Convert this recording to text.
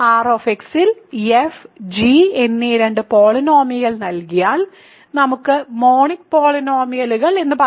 Rx ൽ f g എന്നീ രണ്ട് പോളിനോമിയലുകൾ നൽകിയാൽ നമുക്ക് മോണിക് പോളിനോമിയൽ എന്ന് പറയാം